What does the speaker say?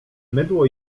mydło